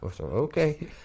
okay